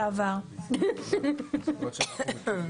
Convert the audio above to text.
יכול להיות שבעתיד היא תשתנה אבל כשמשהו כתוב בחוק,